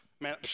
Man